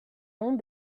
nom